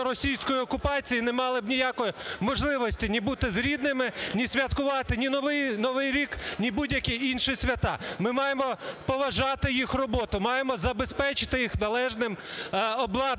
російської окупації і не мали б ніякої можливості ні бути з рідними, ні святкувати Новий рік, ні будь-які інші свята. Ми маємо поважати їх роботу, маємо забезпечити їх належним обладнанням,